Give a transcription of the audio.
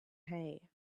hay